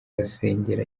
basengera